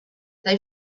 they